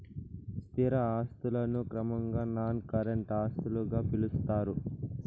స్థిర ఆస్తులను క్రమంగా నాన్ కరెంట్ ఆస్తులుగా పిలుత్తారు